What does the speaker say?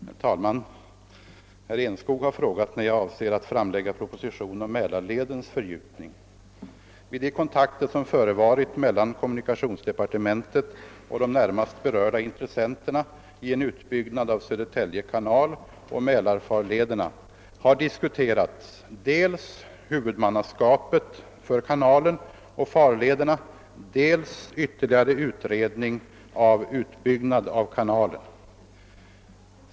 Herr talman! Herr Enskog har frågat, när jag avser att framlägga proposition om Mälarledens fördjupning. Vid de kontakter som förevarit mellan kommunikationsdepartementet och de närmast berörda intressenterna i en utbyggnad av Södertälje kanal och Mälarfarlederna har diskuterats dels huvudmannaskapet för kanalen och farlederna, dels ytterligare utredning av utbyggnad av kanalen.